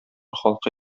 халкы